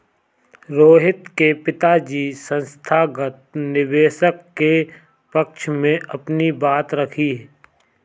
रोहित के पिताजी संस्थागत निवेशक के पक्ष में अपनी बात रखी